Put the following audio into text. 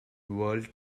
world